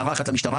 הערה אחת למשטרה,